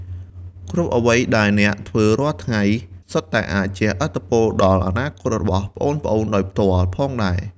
គ្រប់អ្វីដែលអ្នកធ្វើរាល់ថ្ងៃ សុទ្ធតែអាចជះឥទ្ធិពលដល់អនាគតរបស់ប្អូនៗដោយផ្ទាល់ផងដែរ ។